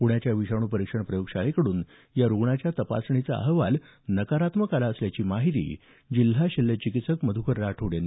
पुण्याच्या विषाणू परीक्षण प्रयोग शाळेकडून या रुग्णाच्या तपासणीचा अहवाल नकारात्मक आला असल्याची माहिती जिल्हा शल्य चिकित्सक मध्कर राठोड यांनी दिली